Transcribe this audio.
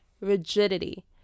rigidity